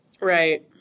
right